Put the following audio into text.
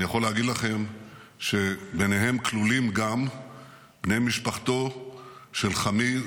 אני יכול להגיד לכם שביניהם כלולים גם בני משפחתו של חמי,